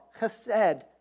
Chesed